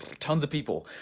tons of people,